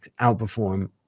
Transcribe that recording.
outperform